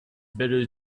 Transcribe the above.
better